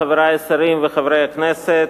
חברי השרים וחברי הכנסת,